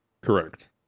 Correct